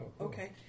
Okay